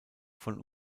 von